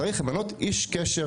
צריך למנות איש קשר.